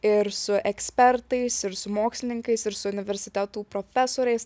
ir su ekspertais ir su mokslininkais ir su universitetų profesoriais